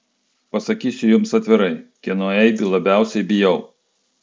pasakysiu jums atvirai kieno eibių labiausiai bijau